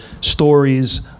stories